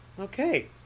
Okay